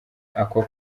ako